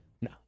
No